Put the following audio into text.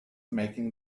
making